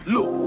Look